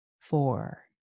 four